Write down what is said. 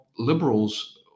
liberals